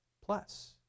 plus